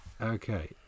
Okay